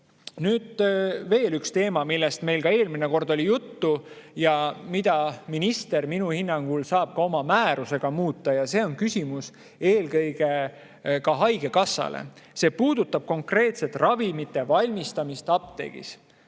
Nüüd veel üks teema, millest meil ka eelmine kord oli juttu ja mida minister minu hinnangul saab oma määrusega muuta. See on küsimus eelkõige haigekassale. See puudutab konkreetselt ravimite valmistamist apteegis.